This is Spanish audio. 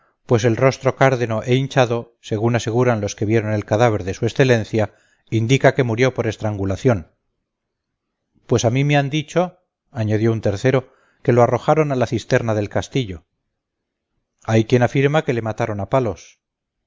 pues el rostro cárdeno e hinchado según aseguran los que vieron el cadáver de su excelencia indica que murió por estrangulación pues a mí me han dicho añadió un tercero que lo arrojaron a la cisterna del castillo hay quien afirma que le mataron a palos